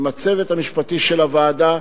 עם הצוות המשפטי של הוועדה,